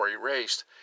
erased